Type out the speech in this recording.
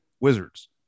Wizards